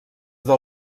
del